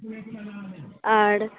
ᱟᱨ